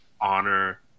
honor